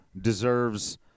deserves